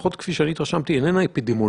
לפחות ממה שאני התרשמתי, איננה אפידמיולוגית.